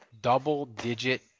double-digit